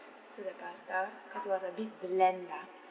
to the pasta because it was a bit bland lah